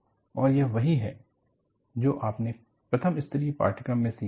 और यह वही है जो आपने प्रथम स्तरीय पाठ्यक्रम में सीखा हैं